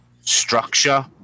structure